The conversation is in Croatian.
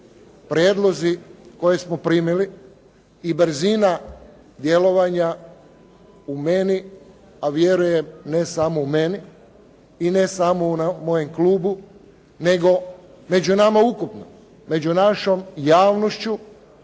prijedlozi koje smo primili i brzina djelovanja u meni a vjerujem ne samo u meni i ne samo u mojem klubu nego među nama ukupno, među našom javnošću